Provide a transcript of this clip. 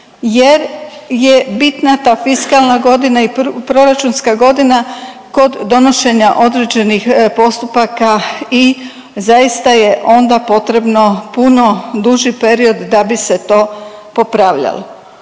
jer je bitna ta fiskalna godina i proračunska godina kod donošenja određenih postupaka i zaista je onda potrebno puno duži period da bi se to popravljalo.